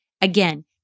Again